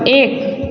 एक